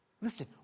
Listen